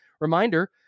reminder